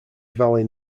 valley